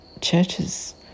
churches